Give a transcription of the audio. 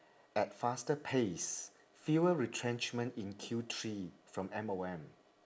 at faster pace fewer retrenchment in Q three from M_O_M